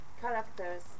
characters